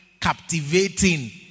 captivating